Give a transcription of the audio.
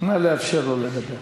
נא לאפשר לו לדבר.